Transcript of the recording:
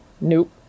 nope